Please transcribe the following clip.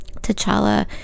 T'Challa